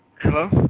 Hello